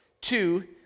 Two